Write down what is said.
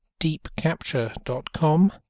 deepcapture.com